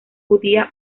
judía